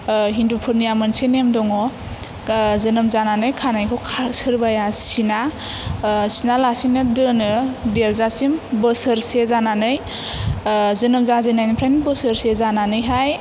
हिन्दुफोरनिया मोनसे नेम दङ जोनोम जानानै खानायखौ खा सोरबाया सिना सिनालासेनो दोनो देरजासिम बोसोरसे जानानै जोनोम जाजेननाय निफ्रायनो बोसोरसे जानानैहाय